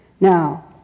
Now